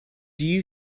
you